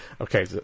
okay